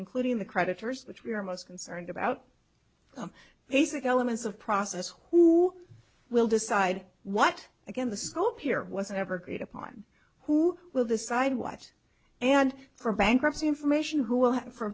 including the creditors which we are most concerned about some basic elements of process who will decide what again the scope here wasn't ever great upon who will decide what and for bankruptcy information who will